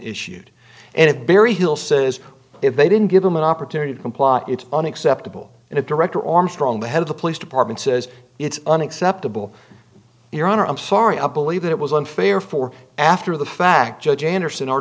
issued and it barry hill says if they didn't give him an opportunity to comply it's unacceptable and it director armstrong the head of the police department says it's unacceptable your honor i'm sorry i believe that it was unfair for after the fact judge anderson